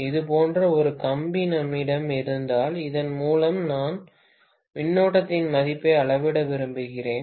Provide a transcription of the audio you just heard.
இது போன்ற ஒரு கம்பி நம்மிடம் இருந்தால் இதன் மூலம் நான் மின்னோட்டத்தின் மதிப்பை அளவிட விரும்புகிறேன்